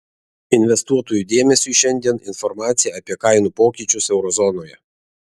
investuotojų dėmesiui šiandien informacija apie kainų pokyčius euro zonoje